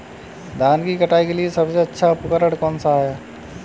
धान की कटाई के लिए सबसे अच्छा उपकरण कौन सा है?